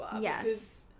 Yes